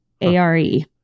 A-R-E